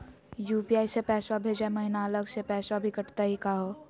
UPI स पैसवा भेजै महिना अलग स पैसवा भी कटतही का हो?